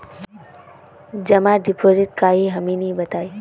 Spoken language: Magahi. जमा डिपोजिट का हे हमनी के बताई?